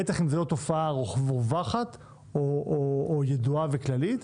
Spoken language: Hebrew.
בטח אם זו לא תופעה רווחת או ידועה וכללית.